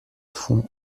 font